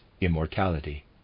immortality